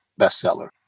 bestseller